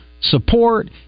support